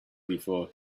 before